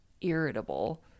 irritable